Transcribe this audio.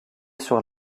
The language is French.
sur